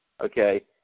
okay